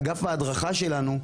באגף ההדרכה שלנו,